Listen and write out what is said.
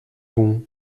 bon